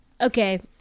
Okay